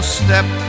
step